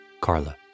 carla